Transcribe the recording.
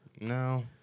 No